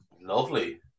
Lovely